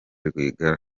rwigara